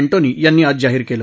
Antony यांनी आज जाहीर केलं